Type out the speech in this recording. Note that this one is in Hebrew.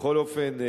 בכל אופן,